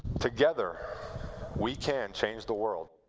together we can change the world.